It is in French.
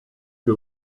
que